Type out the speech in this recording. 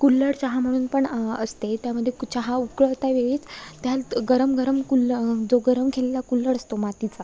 कुल्हड चहा म्हणून पण असते त्यामध्ये कु चहा उकळता वेळीस त्यात गरम गरम कुल्ह जो गरम केलेला कुल्हड असतो मातीचा